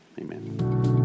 amen